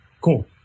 cool